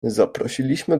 zaprosiliśmy